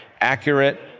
accurate